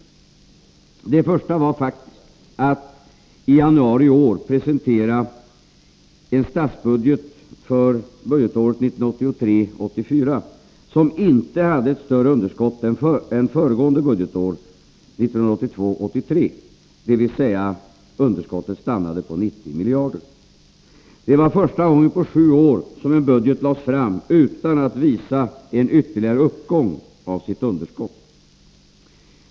För det första presenterade vi i januari i år en statsbudget för budgetåret 1983 83, dvs. underskottet stannade på 90 miljarder. Det var faktiskt första gången på sju år som en budget lades fram utan att visa en ytterligare uppgång av underskottet.